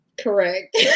Correct